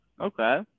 Okay